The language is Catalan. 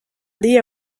dia